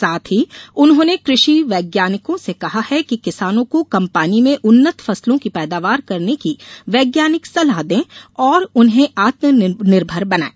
साथ ही उन्होंने कृषि वैज्ञानिकों से कहा है कि किसानों को कम पानी में उन्नत फसलों की पैदावार करने की वैज्ञानिक सलाह दें और उन्हे आत्मनिर्भर बनायें